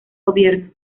gobierno